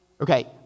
Okay